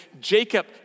Jacob